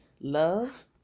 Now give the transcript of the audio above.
love